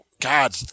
God